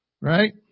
Right